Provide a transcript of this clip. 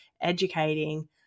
educating